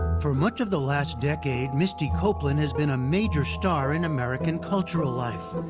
for much of the last decade, misty copeland has been a major star in american cultural life,